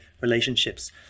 relationships